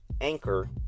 Anchor